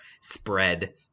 spread